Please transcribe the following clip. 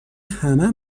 همه